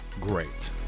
great